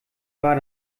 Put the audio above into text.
war